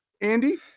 Andy